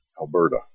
Alberta